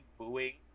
booing